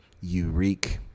Eureka